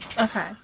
Okay